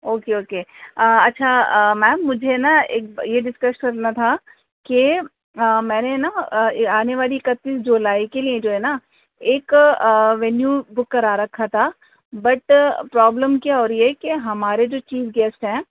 okay okay اچھا ma'am مجھے نا ایک یہ ڈسکش کرنا تھا کہ میں نے نا آنے والی اکتیس جولائی کے لیے جو ہے نا ایک وینیو بک کرا رکھا تھا بٹ پرابلم کیا ہو رہی ہے کہ ہمارے جو چیف گیسٹ ہیں